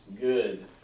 good